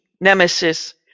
nemesis